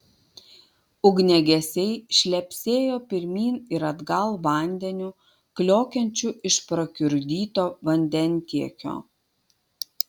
ugniagesiai šlepsėjo pirmyn ir atgal vandeniu kliokiančiu iš prakiurdyto vandentiekio